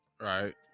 Right